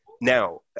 now